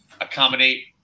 accommodate